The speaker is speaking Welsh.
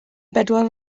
bedwar